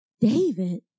David